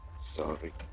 Sorry